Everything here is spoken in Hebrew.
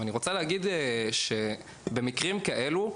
אני רוצה להגיד שבמקרים כאלה,